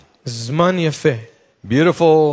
Beautiful